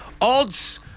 Odds